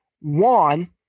one